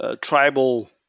tribal